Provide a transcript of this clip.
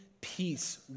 peace